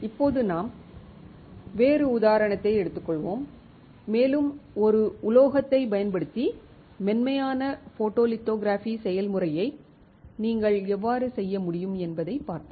இப்போது நாம் வேறு உதாரணத்தை எடுத்துக்கொள்வோம் மேலும் ஒரு உலோகத்தைப் பயன்படுத்தி முழுமையான ஃபோட்டோலிதோகிராஃபி செயல்முறையை நீங்கள் எவ்வாறு செய்ய முடியும் என்பதைப் பார்ப்போம்